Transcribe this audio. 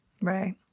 Right